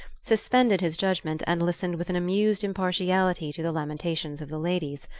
suspended his judgment and listened with an amused impartiality to the lamentations of the ladies.